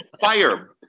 fire